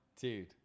dude